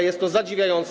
Jest to zadziwiające.